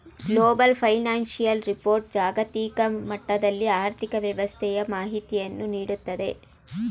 global financial report ಜಾಗತಿಕ ಮಟ್ಟದಲ್ಲಿ ಆರ್ಥಿಕ ವ್ಯವಸ್ಥೆಯ ಮಾಹಿತಿಯನ್ನು ನೀಡುತ್ತದೆ